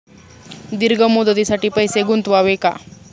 दीर्घ मुदतीसाठी पैसे गुंतवावे का?